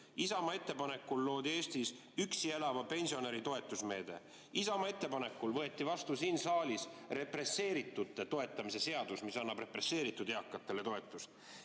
Isamaa ettepanekul loodi Eestis üksi elava pensionäri toetusmeede. Isamaa ettepanekul võeti vastu siin saalis represseeritute toetamise seadus, mis annab represseeritud eakatele toetust.